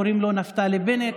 קוראים לו נפתלי בנט,